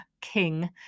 King